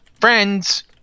Friends